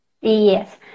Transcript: Yes